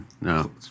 No